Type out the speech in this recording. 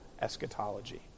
eschatology